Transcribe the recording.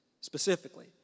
specifically